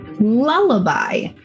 Lullaby